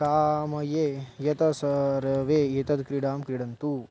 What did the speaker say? कामये यतः सर्वे एतां क्रीडां क्रीडन्तु